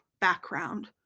background